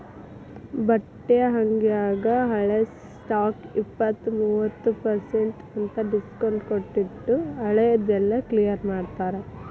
ಬಟ್ಟಿ ಅಂಗ್ಡ್ಯಾಗ ಹಳೆ ಸ್ಟಾಕ್ಗೆ ಇಪ್ಪತ್ತು ಮೂವತ್ ಪರ್ಸೆನ್ಟ್ ಅಂತ್ ಡಿಸ್ಕೊಂಟ್ಟಿಟ್ಟು ಹಳೆ ದೆಲ್ಲಾ ಕ್ಲಿಯರ್ ಮಾಡ್ತಾರ